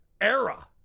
era